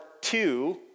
two